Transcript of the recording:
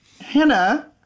Hannah